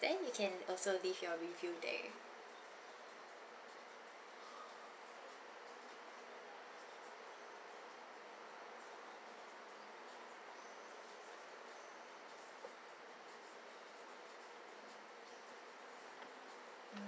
then you can also leave your review there